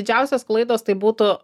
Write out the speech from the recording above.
didžiausios klaidos tai būtų